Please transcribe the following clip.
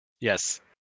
Yes